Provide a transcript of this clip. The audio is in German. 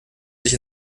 sich